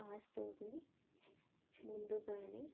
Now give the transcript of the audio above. పాస్పోర్ట్ని ముందుగానే